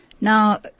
Now